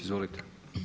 Izvolite.